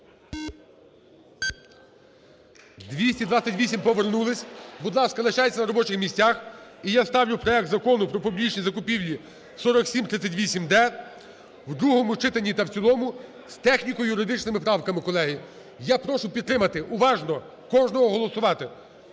За-228 Повернулися. Будь ласка, лишайтесь на робочих місцях. І я ставлю проекту Закону "Про публічні закупівлі" (4738-д) в другому читанні та в цілому з техніко-юридичними правками, колеги. Я прошу підтримати, уважно кожного голосувати.